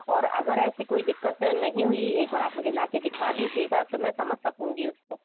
और अगर ऐसी कोई दिक्कत नहीं हुई एक बार आप मुझे ला कर दिखा दीजिए तो मैं समझ सकूँगी उसको